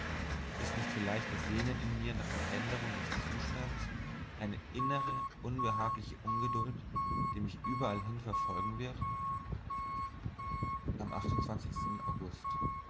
ist nicht vielleicht das sehnen in mir nach veränderung des zustands eine innere unbehagliche ungeduld die mich überallhin verfolgen wird am august